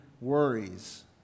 worries